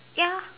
ya